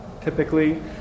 Typically